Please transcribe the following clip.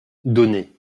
donnez